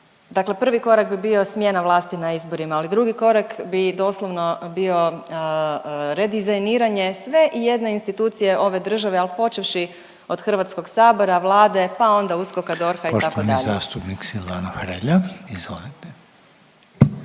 Dakle prvi korak bi bio smjena vlasti na izborima, ali drugi korak bi doslovno bio redizajniranje sve ijedne institucije ove države, al počevši od HS, Vlade, pa onda USKOK-a, DORH-a itd.. **Reiner, Željko (HDZ)** Poštovani zastupnik Silvano Hrelja, izvolite.